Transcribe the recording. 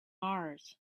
mars